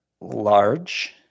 Large